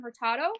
Hurtado